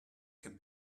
can